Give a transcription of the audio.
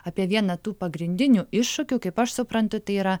apie vieną tų pagrindinių iššūkių kaip aš suprantu tai yra